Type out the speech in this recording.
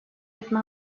etme